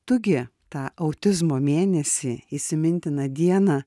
tu gi tą autizmo mėnesį įsimintiną dieną